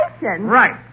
Right